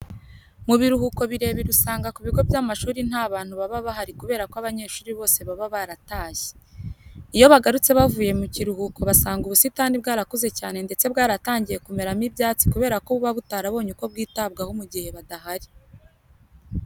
Mu biruhuko birebire usanga ku bigo by'amashuri nta bantu baba bahari kubera ko abanyeshuri bose baba baratashye. Iyo bagarutse bavuye mu kiruhuko basanga ubusitani bwarakuze cyane ndetse bwaratangiye kumeramo ibyatsi kubera ko buba butarabonye uko bwitabwaho mu gihe badahari.